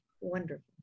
Wonderful